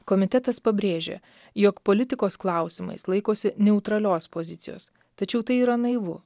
komitetas pabrėžė jog politikos klausimais laikosi neutralios pozicijos tačiau tai yra naivu